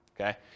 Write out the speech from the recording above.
okay